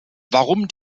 warum